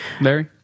Larry